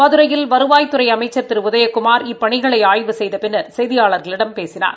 மதுரையில் வருவாய்த்துறை அமைச்சள் திரு உதயகுமாா் இப்பணிகளை ஆய்வு செய்த பின்னா் செய்தியாள்களிடம் பேசினார்